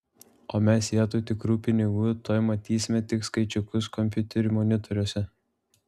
o mes vietoj tikrų pinigų tuoj matysime tik skaičiukus kompiuterių monitoriuose